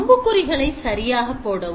அம்புக் குறிகளை சரியாக போடவும்